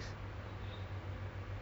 no not at town at least like